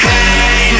Hey